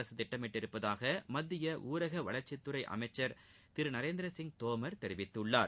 அரசு திட்டமிட்டுள்ளதாக மத்திய ஊரக வளர்ச்சித்துறை அமைச்சர் திரு நரேந்திரசிங் தோமர் தெரிவித்துள்ளார்